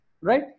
Right